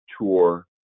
tour